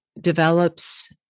develops